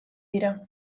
dira